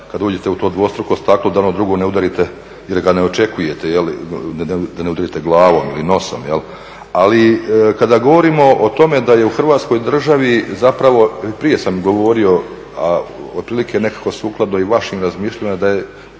kad uđete u dvostruko staklo da ono ne udarite jer ga ne očekujete, da ne udarite glavom ili nosom. Ali kada govorimo o tome da je u Hrvatskoj državi zapravo prije sam govorio, a otprilike nekako sukladno i vašim razmišljanjima da je